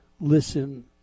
Listen